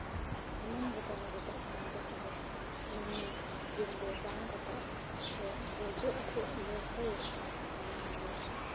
ᱮᱢᱚᱱ ᱜᱷᱚᱴᱚᱱᱟ ᱜᱷᱚᱴᱟᱜ ᱠᱟᱱᱟ ᱡᱟᱦᱟᱸ ᱫᱚ ᱮᱢᱱᱤ ᱫᱤᱱ ᱫᱚ ᱵᱟᱝ ᱜᱷᱚᱴᱟᱜᱼᱟ ᱥᱮ ᱜᱚᱡᱚᱜ ᱜᱚᱜ ᱞᱟᱹᱲᱦᱟᱹᱭᱚᱜ ᱠᱟᱱᱟ ᱠᱚ ᱦᱟᱺᱰᱤ ᱧᱩ ᱵᱩᱞ ᱠᱟᱛᱮ